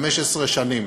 15 שנים,